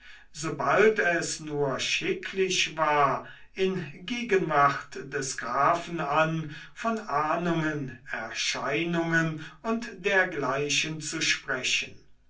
sobald es nur schicklich war in gegenwart des grafen an von ahnungen erscheinungen und dergleichen zu sprechen